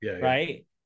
right